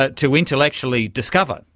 ah to intellectually discover.